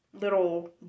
little